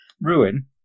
ruin